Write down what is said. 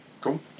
Cool